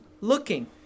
looking